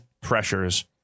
pressures